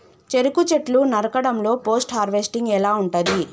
చెరుకు చెట్లు నరకడం లో పోస్ట్ హార్వెస్టింగ్ ఎలా ఉంటది?